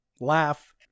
Laugh